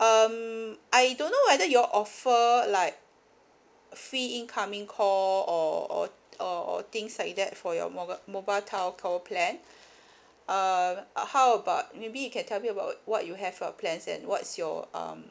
um I don't know whether you all offer like free incoming call or or or or things like that for your mobile telco plan err uh how about maybe you can tell me about what you have uh plans and what's your um